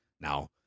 now